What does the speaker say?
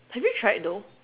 have you tried though